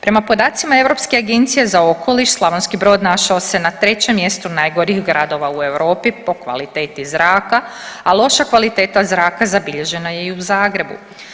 Prema podacima Europske agencije za okoliš Slavonski Brod našao se na 3 mjestu najgorih gradova u Europi po kvaliteti zraka, a loša kvaliteta zraka zabilježena je i u Zagrebu.